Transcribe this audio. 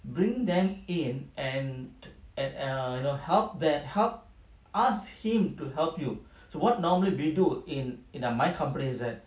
bring them in and and err you know help then help asked him to help you so what normally we do in in my company is that